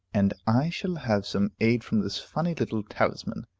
and i shall have some aid from this funny little talisman